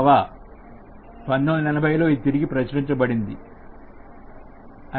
1980లో ఇది తిరిగి ప్రచురించబడింది